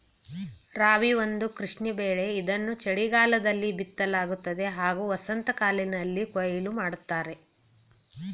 ರಾಬಿ ಒಂದು ಕೃಷಿ ಬೆಳೆ ಇದನ್ನು ಚಳಿಗಾಲದಲ್ಲಿ ಬಿತ್ತಲಾಗ್ತದೆ ಹಾಗೂ ವಸಂತಕಾಲ್ದಲ್ಲಿ ಕೊಯ್ಲು ಮಾಡ್ತರೆ